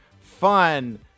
fun